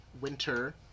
winter